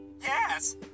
Yes